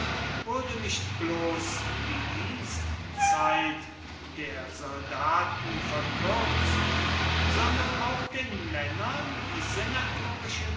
wurde nicht bloß die dienstzeit der soldaten verkürzt sondern auch den männern